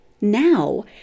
Now